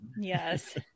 yes